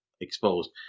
exposed